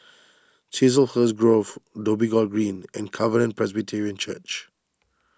Chiselhurst Grove Dhoby Ghaut Green and Covenant Presbyterian Church